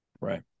Right